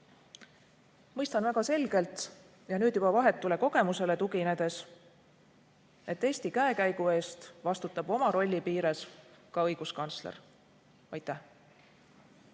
Mõistan väga selgelt ja nüüd juba vahetule kogemusele tuginedes, et Eesti käekäigu eest vastutab oma rolli piires ka õiguskantsler. Aitäh!